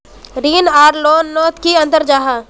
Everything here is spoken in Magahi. ऋण आर लोन नोत की अंतर जाहा?